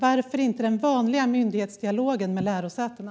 Varför inte den vanliga myndighetsdialogen med lärosätena?